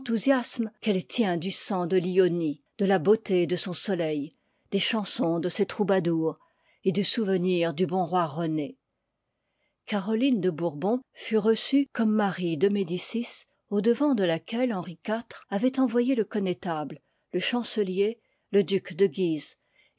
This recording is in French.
qu'elle tient du sang de flonie de la beauté de son soleil des chansons de ses troubadours et du souvenir du bon roi rené caroline de bourbon fut reçue comme marie de médicis au-devant de laquelle henri iv avoit envoyé le connétable le chancelier le duc de guise